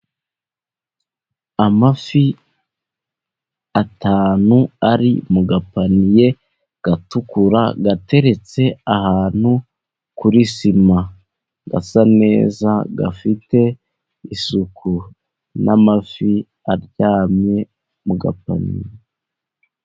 Amafi atanu ari mu gapaniye gatukura, gateretse ahantu kuri sima, gasa neza, gafite isuku n'amafi aryamye mu gapaniye.